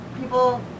people